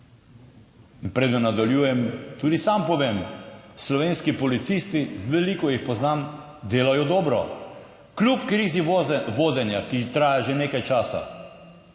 In preden nadaljujem, tudi sam povem, slovenski policisti, veliko jih poznam, delajo dobro, kljub krizi vodenja, ki traja že nekaj časa.